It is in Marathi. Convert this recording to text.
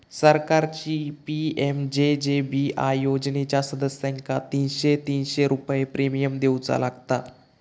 सरकारची पी.एम.जे.जे.बी.आय योजनेच्या सदस्यांका तीनशे तीनशे रुपये प्रिमियम देऊचा लागात